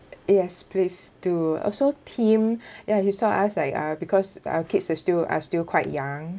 yes please do also tim ya he saw us like uh because our kids is still are still quite young